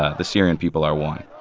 ah the syrian people are one